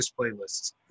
playlists